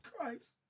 Christ